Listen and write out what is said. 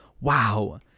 Wow